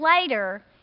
later